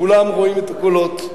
כולם רואים את הקולות,